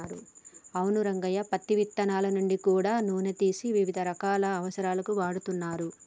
అవును రంగయ్య పత్తి ఇత్తనాల నుంచి గూడా నూనె తీసి వివిధ రకాల అవసరాలకు వాడుతరు